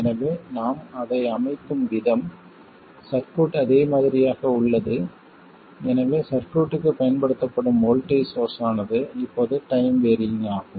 எனவே நாம் அதை அமைக்கும் விதம் சர்க்யூட் அதேமாதிரியாகவே உள்ளது எனவே சர்க்யூட்க்கு பயன்படுத்தப்படும் வோல்ட்டேஜ் சோர்ஸ் ஆனது இப்போது டைம் வேறியிங் ஆகும்